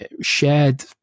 shared